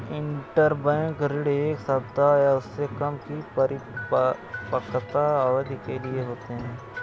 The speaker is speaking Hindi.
इंटरबैंक ऋण एक सप्ताह या उससे कम की परिपक्वता अवधि के लिए होते हैं